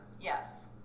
yes